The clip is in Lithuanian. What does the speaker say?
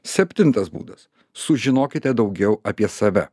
septintas būdas sužinokite daugiau apie save